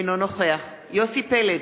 אינו נוכח יוסי פלד,